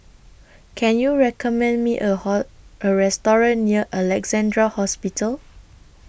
Can YOU recommend Me A Hall A Restaurant near Alexandra Hospital